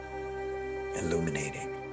illuminating